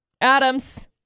Adams